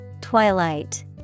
Twilight